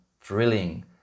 thrilling